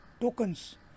tokens